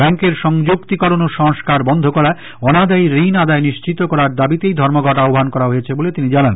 ব্যাঙ্কের সংযুক্তিকরণ ও সংস্কার বন্ধ করা এবং অনাদায়ী ঋণ আদায় নিশ্চিত করার দাবিতে এই ধর্মঘট আহ্ণান করা হয়েছে বলে তিনি জানান